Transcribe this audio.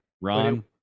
Ron